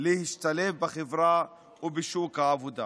להשתלב בחברה ובשוק העבודה.